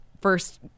first